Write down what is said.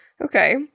Okay